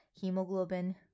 hemoglobin